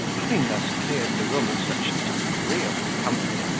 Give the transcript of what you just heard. having thus cleared the room of such disagreeable company,